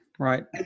Right